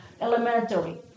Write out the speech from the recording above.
elementary